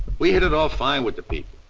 we hit it off fine with the people,